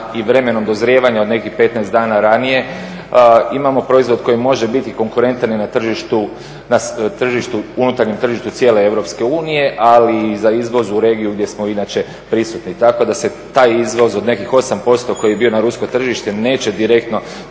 i vremenom dozrijevanja od nekih 15 dana ranije imamo proizvod koji može biti konkurentan i na tržištu, unutarnjem tržištu cijele Europske unije ali i za izvoz u regiju gdje smo inače prisutni. Tako da se taj izvoz od nekih 8% koji je bio na rusko tržište neće direktno,